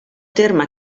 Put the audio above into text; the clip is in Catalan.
terme